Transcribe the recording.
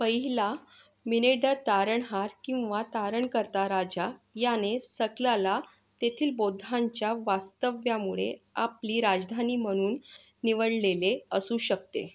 पहिला मिनेडर तारणहार किंवा तारणकर्ता राजा याने सकलाला तेथील बौद्धांच्या वास्तव्यामुळे आपली राजधानी म्हणून निवडलेले असू शकते